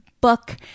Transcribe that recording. book